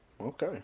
okay